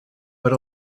per